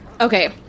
Okay